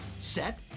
set